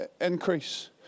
increase